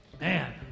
Man